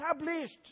established